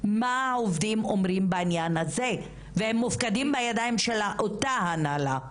והם מופקדים בידיים של אותה הנהלה.